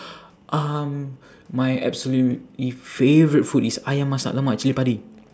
um my absolutely favourite food is ayam masak lemak cili padi